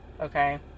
okay